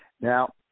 Now